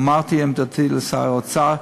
אמרתי את עמדתי לשר האוצר.